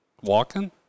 Walking